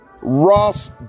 Ross